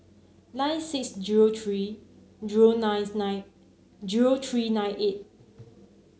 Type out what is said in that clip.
nine six zero three zero ninth nine zero three nine eight